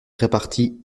repartie